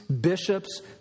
bishops